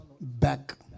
back